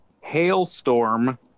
Hailstorm